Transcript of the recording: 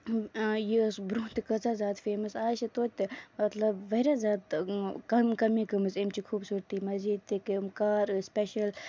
یہِ ٲسۍ برونہہ تہِ کۭژاہ زیادٕ فیمَس آز چھِ تویتہِ مطلب واریاہ زیادٕ کَم کٔمی گٔمژ اَمہِ چہِ خوٗبصوٗرتی ییٚتِکۍ تِم کار ٲسۍ سِپیشل